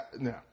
No